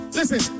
Listen